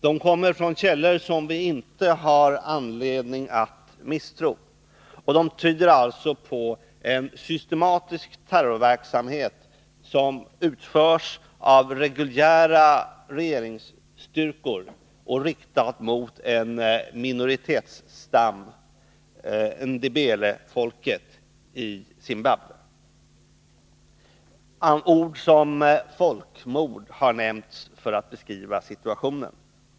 De kommer från källor som vi inte har anledning att misstro, och de tyder på en systematisk terrorverksamhet, som utförs av reguljära regeringsstyrkor och riktas mot en minoritetsstam, Ndebelefolket, i Zimbabwe. Ord som folkmord har nämnts för att beskriva situationen.